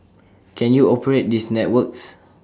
can you operate these networks